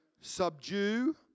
subdue